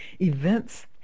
events